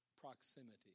proximity